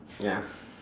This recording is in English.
ya